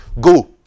go